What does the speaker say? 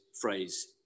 phrase